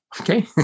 Okay